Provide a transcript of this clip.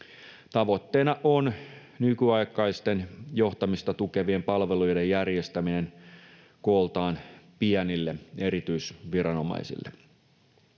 Tavoitteena on nykyaikaisten, johtamista tukevien palveluiden järjestäminen kooltaan pienille erityisviranomaisille.